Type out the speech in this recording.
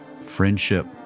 Friendship